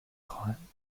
خواهند